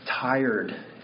tired